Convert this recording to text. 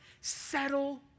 settle